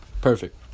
Perfect